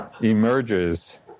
emerges